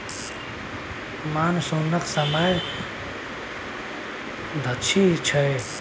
मानसुनक समय जुन सँ अक्टूबर धरि रहय छै